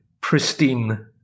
pristine